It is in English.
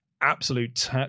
absolute